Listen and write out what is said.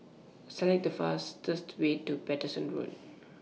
Select The fastest Way to Paterson Road